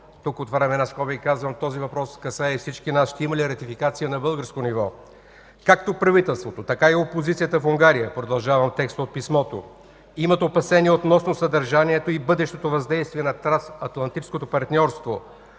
Тук отварям една скоба и казвам, този въпрос касае и всички нас: ще има ли ратификация на българско ниво? Както правителството, така и опозицията в Унгария, продължава текстът от писмото, имат опасения относно съдържанието и бъдещото въздействие на Трансатлантическото партньорство.